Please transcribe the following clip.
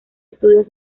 estudios